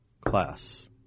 class